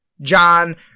John